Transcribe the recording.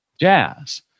jazz